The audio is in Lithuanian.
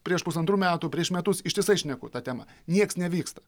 prieš pusantrų metų prieš metus ištisai šneku ta tema nieks nevyksta